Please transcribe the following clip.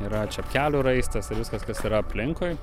yra čepkelių raistas ir viskas kas yra aplinkui